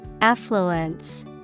Affluence